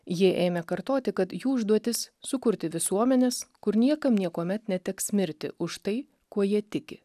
jie ėmė kartoti kad jų užduotis sukurti visuomenes kur niekam niekuomet neteks mirti už tai kuo jie tiki